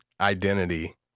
identity